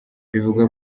bivugwa